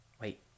Wait